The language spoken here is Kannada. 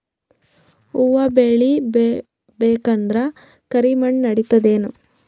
ಹುವ ಬೇಳಿ ಬೇಕಂದ್ರ ಕರಿಮಣ್ ನಡಿತದೇನು?